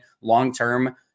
long-term